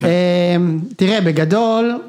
תראה, בגדול...